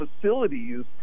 facilities